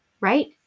Right